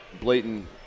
blatant